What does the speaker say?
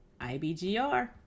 IBGR